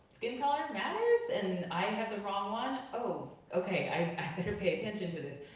skin color matters? and i have the wrong one? oh, okay, i better pay attention to this.